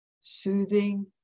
soothing